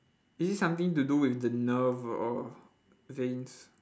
is it something to do with the nerve o~ or veins